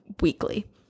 weekly